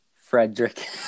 Frederick